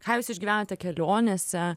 ką jūs išgyvenate kelionėse